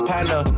Panda